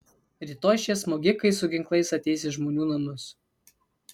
rytoj šie smogikai su ginklais ateis į žmonių namus